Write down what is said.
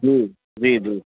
जी जी